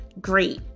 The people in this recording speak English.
great